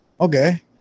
Okay